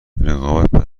رقابت